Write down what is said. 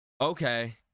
Okay